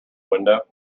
window